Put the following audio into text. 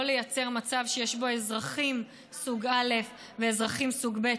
לייצר מצב שיש בו אזרחים סוג א' ואזרחים סוג ב',